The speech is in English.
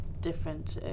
different